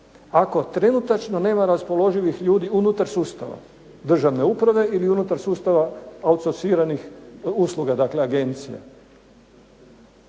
ako trenutno nema raspoloživih ljudi unutar sustava državne uprave ili unutar sustava outsorciranih usluga dakle agencija,